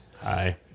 Hi